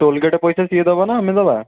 toll gate ପଇସା ସିଏ ଦେବନା ଆମେ ଦେବା